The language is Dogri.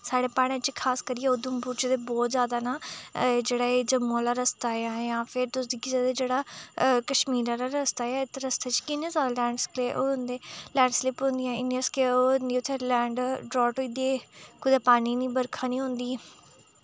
साढ़े प्हाड़ें च खास करियै उधमपुर च ते बहोत जादा न जेह्ड़ा एह् जम्मू आह्ला रस्ता ते जां फिर तुस दिक्खी सकदे जेह्ड़ा कश्मीर आह्ला रस्ता ऐ इस रस्ते च कि'न्ने जादा लैंडस्केप होंदे लैंडस्केपां होंदिया केह् होंदे ओह् उ'त्थें लैंड ड्रॉट होई दी कुदै पानी निं बरखा नेईं होंदी